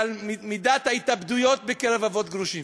ועל מידת ההתאבדויות בקרב אבות גרושים.